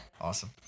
Awesome